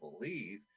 believe